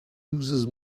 uses